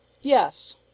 Yes